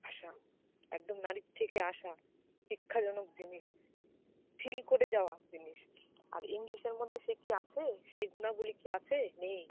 ভাষা একদম নাড়ির থেকে আসা শিক্ষাজনক জিনিস ফিল করে যাওয়া জিনিস আর ইংলিশের মধ্যে সে কি আছে সেই গুণাবলী কি আছে নেই